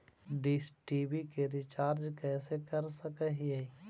Dish TV के recharge कैसे कर सक हिय?